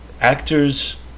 actors